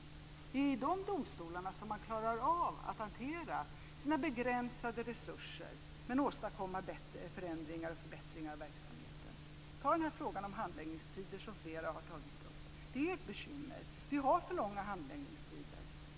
Det är i de domstolarna som man klarar av att hantera sina begränsade resurser och ändå åstadkomma förändringar och förbättringar av verksamheten. Vi har frågan om handläggningstider, som flera har tagit upp. Det är ett bekymmer. Vi har för långa handläggningstider.